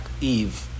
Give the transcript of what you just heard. Eve